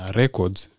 records